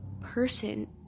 person